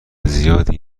زیادی